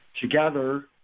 together